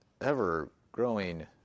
ever-growing